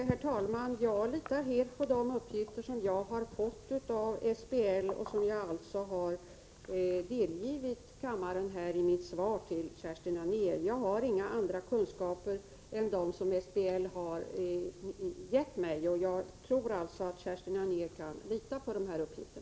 Herr talman! Jag litar helt på de uppgifter som jag har fått av SBL och som jag har delgivit kammaren här i mitt svar till Kerstin Anér. Jag har inga andra kunskaper än dem som SBL har gett mig, och jag tror att Kerstin Anér kan lita på dessa uppgifter.